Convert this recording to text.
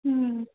हुँ